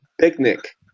Picnic